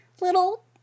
little